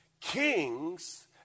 kings